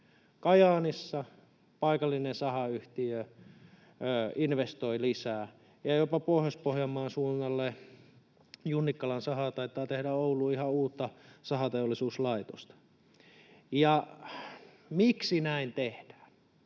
Kajaanissa paikallinen sahayhtiö investoi lisää, ja jopa Pohjois-Pohjanmaan suunnalla Junnikkalan saha taitaa tehdä Ouluun ihan uutta sahateollisuuslaitosta. Ja miksi näin tehdään?